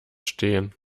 stehen